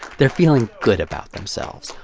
they're feeling good about themselves,